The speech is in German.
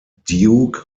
duke